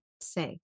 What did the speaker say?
say